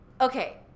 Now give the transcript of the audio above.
Okay